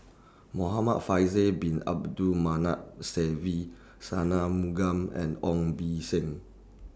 Muhamad Faisal Bin Abdul Manap Se Ve and Ong Beng Seng